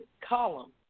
column